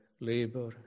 labor